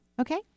Okay